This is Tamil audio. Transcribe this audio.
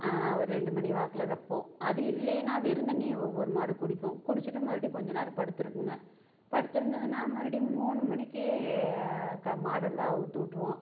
ஒரு ரெண்டு மணி வாக்கில் வைப்போம் அது இல்லைனே வெறுந்தண்ணியை ஒவ்வொரு மாடு குடிக்கும் குடித்துட்டு மறுபடி கொஞ்ச நேரம் படுத்திருக்குங்க படுத்திருந்துதுன்னா மறுபடியும் மூணு மணிக்கு க மாடெல்லாம் அவுழ்த்துட்ருவோம்